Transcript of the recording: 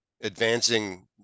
advancing